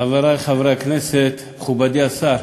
חברי חברי הכנסת, מכובדי השר,